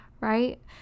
right